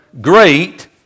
great